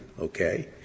okay